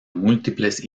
múltiples